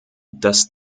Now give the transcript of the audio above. dass